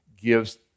gives